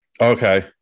Okay